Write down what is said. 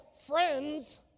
friends